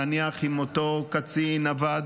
נניח אם אותו קצין עבד